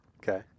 Okay